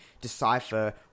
decipher